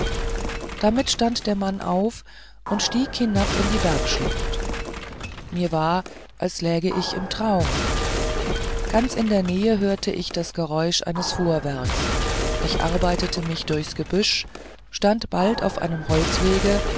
damit stand der mann auf und stieg hinab in die bergschlucht mir war als läg ich im traum ganz in der nähe hört ich das geräusch eines fuhrwerks ich arbeite mich durchs gebüsch stand bald auf einem holzwege